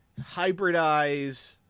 hybridize